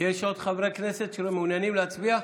יש עוד חברי כנסת שמעוניינים להצביע?